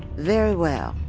very well,